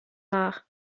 nach